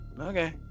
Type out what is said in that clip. okay